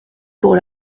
pour